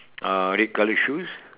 uh red colour shoes